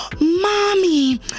Mommy